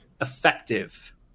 effective